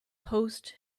post